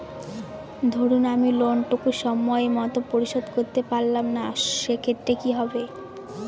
ধরুন আমি লোন টুকু সময় মত পরিশোধ করতে পারলাম না সেক্ষেত্রে কি হবে?